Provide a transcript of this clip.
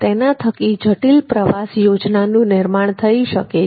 તેના થકી જટિલ પ્રવાસ યોજનાનું નિર્માણ થઈ શકે છે